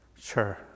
Sure